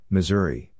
Missouri